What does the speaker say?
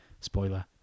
Spoiler